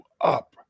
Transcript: up